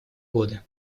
годы